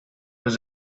was